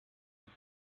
with